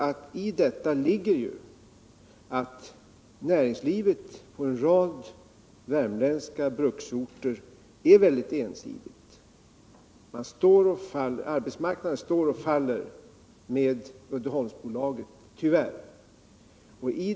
I detta ligger ju att näringslivet på en rad värmländska bruksorter är väldigt ensidigt. Arbetsmarknaden står och faller med Uddeholmsbolaget —- tyvärr.